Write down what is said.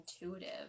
intuitive